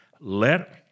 Let